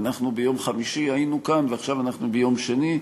ביום חמישי היינו כאן, ועכשיו אנחנו ביום שני.